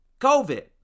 COVID